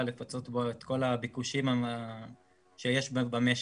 לפצות בו את כל הביקושים שיש במשק,